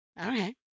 Okay